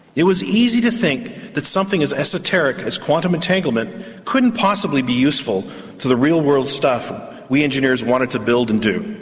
it was easy to think that something as esoteric as quantum entanglement couldn't possibly be useful to the real-world stuff we engineers wanted to build and do.